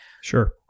Sure